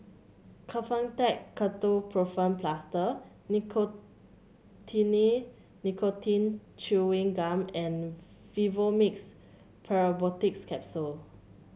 Kefentech Ketoprofen Plaster Nicotinell Nicotine Chewing Gum and Vivomixx Probiotics Capsule